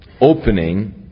opening